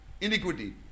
iniquity